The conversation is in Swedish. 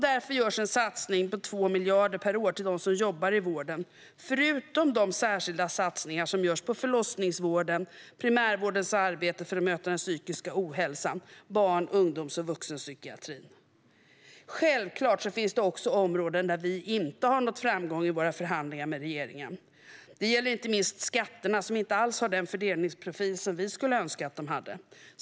Därför görs en satsning på 2 miljarder per år till dem som jobbar i vården, förutom de särskilda satsningar som görs på förlossningsvården, på primärvårdens arbete för att möta den psykiska ohälsan och på barn, ungdoms och vuxenpsykiatrin. Givetvis finns det områden där vi inte har nått framgång i våra förhandlingar med regeringen. Det gäller inte minst skatterna, som inte har den fördelningsprofil som vi önskar.